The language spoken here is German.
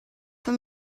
für